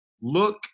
Look